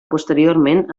posteriorment